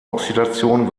oxidation